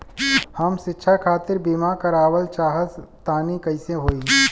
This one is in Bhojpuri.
हम शिक्षा खातिर बीमा करावल चाहऽ तनि कइसे होई?